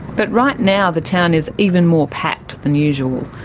but right now the town is even more packed than usual.